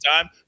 time